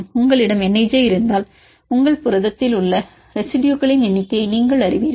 உங்களிடம் n ij இருந்தால் உங்கள் புரதத்தில் உள்ள ரெசிடுயுகளின் எண்ணிக்கையை நீங்கள் அறிவீர்கள்